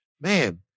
man